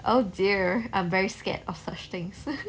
oh dear I'm very scared of such things